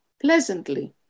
pleasantly